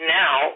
now